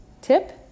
tip